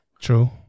True